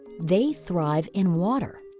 they thrive in water.